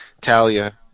Talia